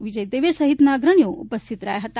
વિજય દવે સહિતના અગ્રણીઓ ઉપસ્થિત રહ્યા હતા